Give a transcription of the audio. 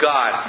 God